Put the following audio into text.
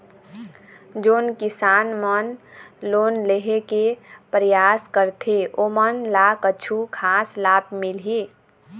जोन किसान मन लोन लेहे के परयास करथें ओमन ला कछु खास लाभ मिलही?